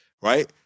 Right